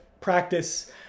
practice